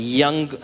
young